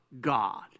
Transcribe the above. God